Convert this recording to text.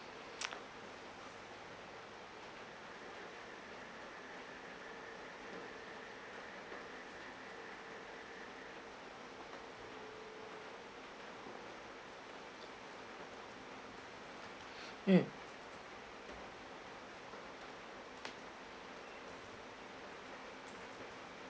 mm